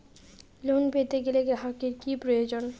Loan পেতে গেলে গ্রাহকের কি প্রয়োজন?